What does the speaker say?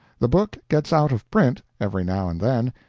the book gets out of print, every now and then,